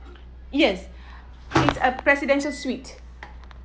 yes it's a presidential suite